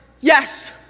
Yes